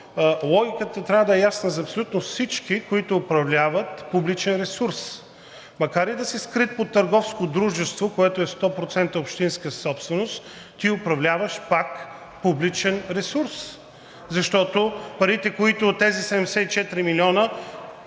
логиката трябва да е ясна за абсолютно всички, които управляват публичен ресурс. Макар и да си скрит под търговско дружество, което е 100% общинска собственост, ти управляваш пак публичен ресурс, защото тези 74 милиона